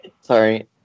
Sorry